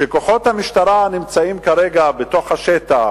שכוחות המשטרה נמצאים כרגע בתוך השטח,